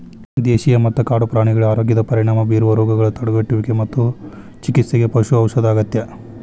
ದೇಶೇಯ ಮತ್ತ ಕಾಡು ಪ್ರಾಣಿಗಳ ಆರೋಗ್ಯದ ಪರಿಣಾಮ ಬೇರುವ ರೋಗಗಳ ತಡೆಗಟ್ಟುವಿಗೆ ಮತ್ತು ಚಿಕಿತ್ಸೆಗೆ ಪಶು ಔಷಧ ಅಗತ್ಯ